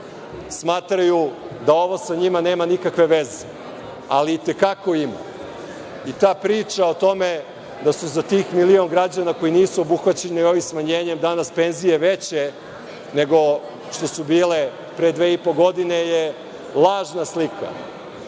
smatraju da ovo sa njima nema nikakve veze, ali i te kako ima i ta priča o tome da su za tih milion građana koji nisu obuhvaćeni ovim smanjenjem danas penzije veće nego što su bile pre dve i godine je lažna slika.